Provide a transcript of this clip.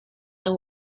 and